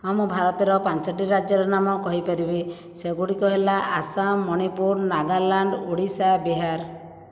ହଁ ମୁଁ ଭାରତର ପାଞ୍ଚଟି ରାଜ୍ୟର ନାମ କହିପାରିବି ସେଗୁଡ଼ିକ ହେଲା ଆସାମ ମଣିପୁର ନାଗାଲାଣ୍ଡ ଓଡ଼ିଶା ବିହାର